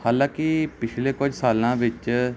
ਹਾਲਾਂਕਿ ਪਿਛਲੇ ਕੁਝ ਸਾਲਾਂ ਵਿੱਚ